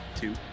two